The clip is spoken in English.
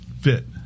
fit